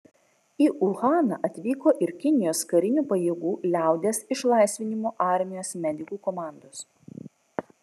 į uhaną atvyko ir kinijos karinių pajėgų liaudies išlaisvinimo armijos medikų komandos